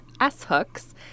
S-hooks